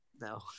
No